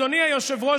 אדוני היושב-ראש,